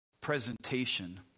presentation